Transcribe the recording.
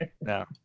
No